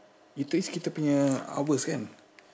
itu is kita punya hours kan